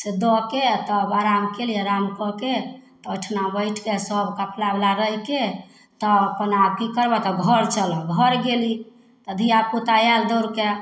से दऽके तब आराम कएली आराम कऽके तऽ ओहिठाम बैठिके सभ कफलावला रहिके तब अपना कि करबै तऽ घर चलऽ घर गेली तऽ धिआपुता आएल दौड़िके